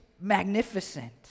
magnificent